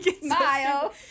Smile